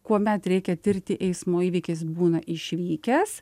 kuomet reikia tirti eismo įvykį jis būna išvykęs